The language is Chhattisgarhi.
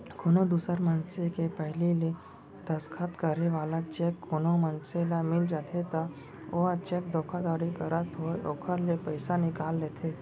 कोनो दूसर मनसे के पहिली ले दस्खत करे वाला चेक कोनो मनसे ल मिल जाथे त ओहा चेक धोखाघड़ी करत होय ओखर ले पइसा निकाल लेथे